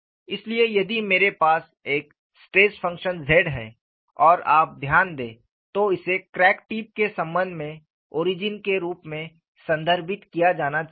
इसलिए यदि मेरे पास एक स्ट्रेस फंक्शन Z है और आप ध्यान दें तो इसे क्रैक टिप के संबंध में ओरिजिन के रूप में संदर्भित किया जाना चाहिए